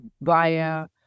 via